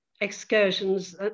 excursions